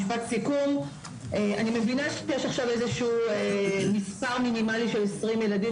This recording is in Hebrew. אני מבינה שיש עכשיו איזשהו מספר מינימלי של 20 ילדים